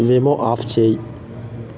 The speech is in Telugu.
వేమో ఆఫ్ చెయ్యి